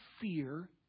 fear